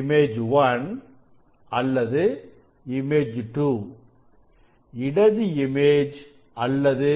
image 1 அல்லது image 2 இடது image அல்லது